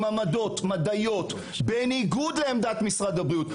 עם עמדות מדעיות בניגוד לעמדת משרד הבריאות,